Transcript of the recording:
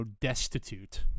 destitute